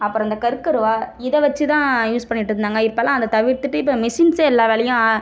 அப்புறம் இந்த கருக்கருவாள் இதை வச்சு தான் யூஸ் பண்ணிட்டு இருந்தாங்க இப்போலாம் அதை தவிர்த்துட்டு இப்போ மிஷின்ஸே எல்லா வேலையும்